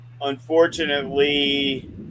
unfortunately